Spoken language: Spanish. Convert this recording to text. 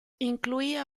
incluía